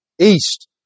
east